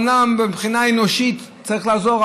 אומנם מבחינה אנושית צריך לעזור,